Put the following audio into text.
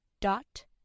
dot